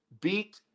beat